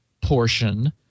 portion